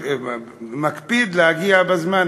מקפיד להגיע בזמן,